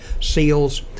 SEALs